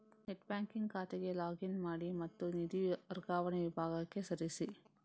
net banking ಖಾತೆಗೆ log in ಮಾಡಿ ಮತ್ತು ನಿಧಿ ವರ್ಗಾವಣೆ ವಿಭಾಗಕ್ಕೆ ಸರಿಸಿ